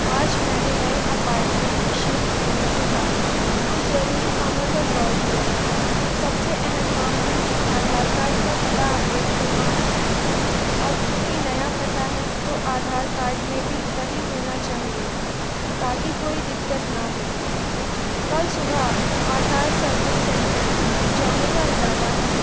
آج میں نے نئے اپارٹمنٹ میں شفٹ ہونے کے بعد کچھ ضروری کاموں پر غور کیا سب سے اہم کام ہے آدھار کارڈ کا پتا اپڈیٹ کروانا اب چونکہ نیا پتا ہے تو آدھار کارڈ میں بھی وہی ہونا چاہیے تاکہ کوئی دقت نہ ہو کل صبح آدھار سروس سینٹر جانے کا ارادہ ہے